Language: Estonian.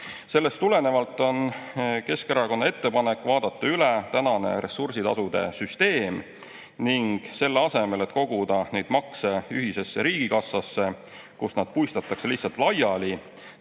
Sellest tulenevalt on Keskerakonna ettepanek vaadata üle tänane ressursitasude süsteem ning selle asemel, et koguda neid makse ühisesse riigikassasse, kust nad puistatakse lihtsalt laiali,